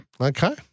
Okay